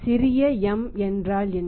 சிறிய m என்றால் என்ன